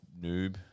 noob